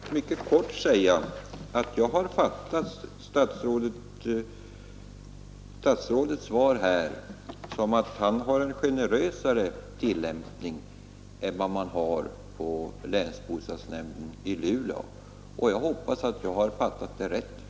Herr talman! Jag vill bara helt kort tillägga att jag har fattat statsrådets svar i dag så, att statsrådet är mera generös när det gäller tillämpningen av bestämmelserna i detta fall än man är på länsbostadsnämnden i Luleå. Jag hoppas att det är rätt uppfattat.